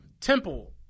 Temple